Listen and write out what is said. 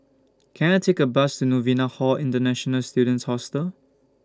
Can I Take A Bus to Novena Hall International Students Hostel